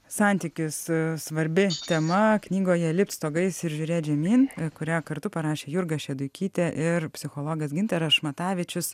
santykis svarbi tema knygoje lipt stogais ir žiūrėt žemyn kurią kartu parašė jurga šeduikytė ir psichologas gintaras šmatavičius